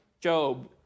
Job